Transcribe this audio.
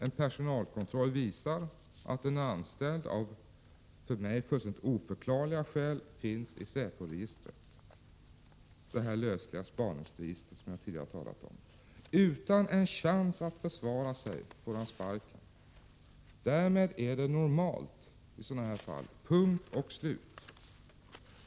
En personalkontroll visar att en anställd av för mig fullständigt oförklarliga skäl finns i säpo-registret, det lösliga spaningsregister som jag tidigare talat om. Utan en chans att försvara sig får han sparken. Därmed är det normalt punkt och slut.